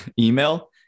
email